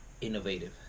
innovative